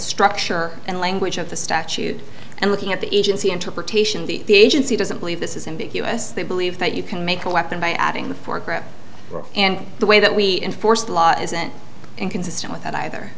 structure and language of the statute and looking at the agency interpretation the agency doesn't believe this is in the us they believe that you can make a weapon by adding the foreground and the way that we enforce the law isn't inconsistent with that either